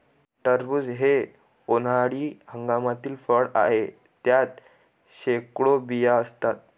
टरबूज हे उन्हाळी हंगामातील फळ आहे, त्यात शेकडो बिया असतात